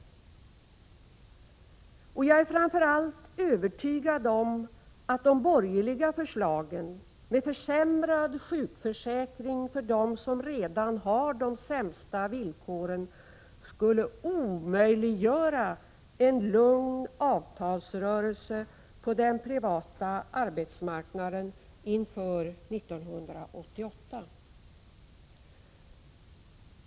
Och jag är framför allt övertygad om att de borgerliga förslagen, med försämrad sjukförsäkring för dem som redan har de sämsta villkoren, skulle omöjliggöra en lugn avtalsrörelse på den privata arbetsmarknaden inför 1988. Herr talman!